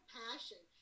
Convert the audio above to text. passion